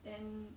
then